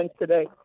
today